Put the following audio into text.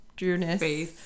Drewness